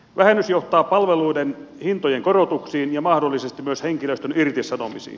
vähennys johtaa palveluiden hintojen korotuksiin ja mahdollisesti myös henkilöstön irtisanomisiin